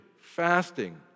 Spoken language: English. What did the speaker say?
fasting